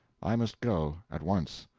i must go at once.